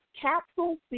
Capsule